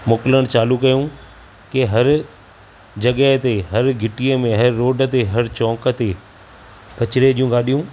मोकिलण चालू कयूं कि हर जॻहि ते हर घिटीअ में हर रोड ते हर चौक ते कचिरे जूं गाॾियूं